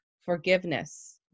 forgiveness